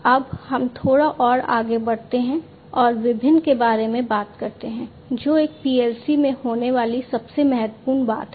अब हम थोड़ा और आगे बढ़ते हैं और विभिन्न के बारे में बात करते हैं जो एक PLC में होने वाली सबसे महत्वपूर्ण बात है